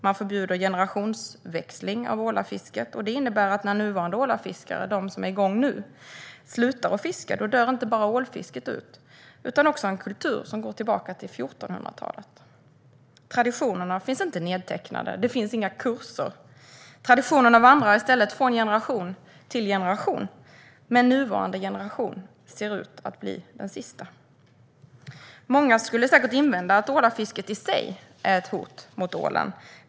Man förbjuder generationsväxling av ålafisket. Det innebär att när nuvarande ålafiskare, som nu är igång, slutar att fiska dör inte bara ålafisket ut utan också en kultur som går tillbaka till 1400-talet. Traditionerna finns inte nedtecknade. Det finns inga kurser. Traditionerna vandrar i stället från generation till generation. Men nuvarande generation ser ut att bli den sista. Många skulle säkert invända att ålafisket i sig är ett hot mot ålen.